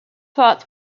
thought